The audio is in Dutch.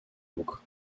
boek